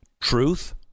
truth